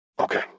Okay